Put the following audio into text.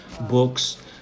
books